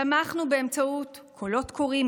תמכנו באמצעות קולות קוראים,